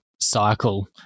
cycle